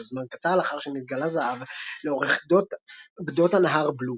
זמן קצר לאחר שנתגלה זהב לאורך גדות הנהר בלו,